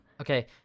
Okay